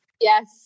Yes